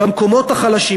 במקומות החלשים.